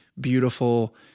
beautiful